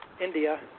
India